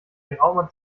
geraumer